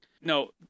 No